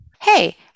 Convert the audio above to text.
Hey